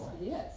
Yes